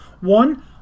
One